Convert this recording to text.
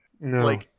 No